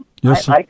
Yes